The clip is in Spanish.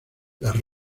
las